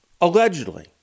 allegedly